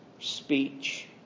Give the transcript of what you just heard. speech